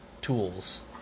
tools